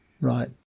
Right